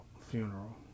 Funeral